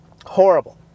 Horrible